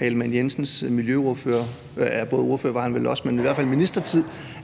Ellemann-Jensens ministertid,